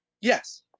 Yes